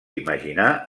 imaginar